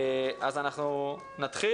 נבין